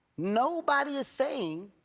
nobody is saying,